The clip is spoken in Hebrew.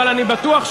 אבל אני בטוח,